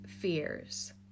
fears